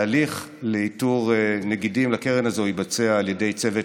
התהליך לאיתור נגידים לקרן הזאת התבצע על ידי צוות